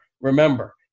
remember